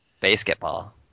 Basketball